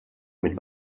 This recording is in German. mit